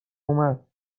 اومد